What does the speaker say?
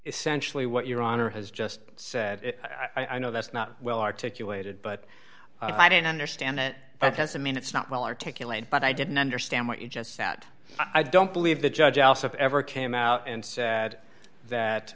essentially what your honor has just said i know that's not well articulated but i didn't understand it doesn't mean it's not well articulated but i didn't understand what you just sat i don't believe the judge also ever came out and said that